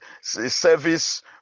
service